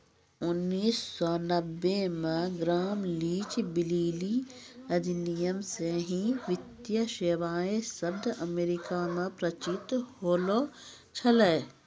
उन्नीस सौ नब्बे मे ग्राम लीच ब्लीली अधिनियम से ही वित्तीय सेबाएँ शब्द अमेरिका मे प्रचलित होलो छलै